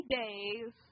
days